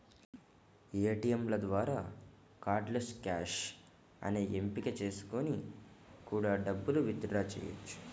ఏటియంల ద్వారా cardless cash అనే ఎంపిక చేసుకొని కూడా డబ్బుల్ని విత్ డ్రా చెయ్యొచ్చు